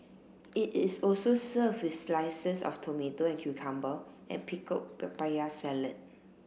it is also served with slices of tomato and cucumber and pickled papaya salad